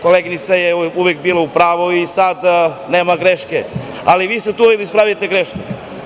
Koleginica je uvek bila u pravu i sada nema greške, ali vi ste tu da ispravite grešku.